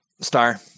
Star